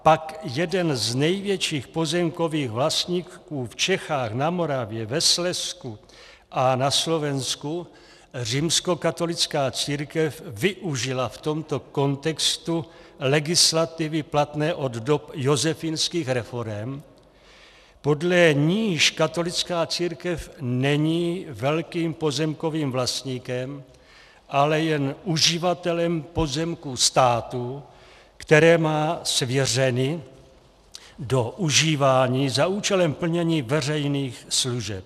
A pak jeden z největších pozemkových vlastníků v Čechách, na Moravě, ve Slezsku a na Slovensku římskokatolická církev využil v tomto kontextu legislativy platné od dob josefínských reforem, podle níž katolická církev není velkým pozemkovým vlastníkem, ale jen uživatelem pozemků státu, které má svěřeny do užívání za účelem plnění veřejných služeb.